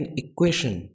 equation